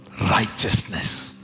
Righteousness